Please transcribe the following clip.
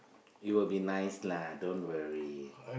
it will be nice lah don't worry